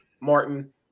martin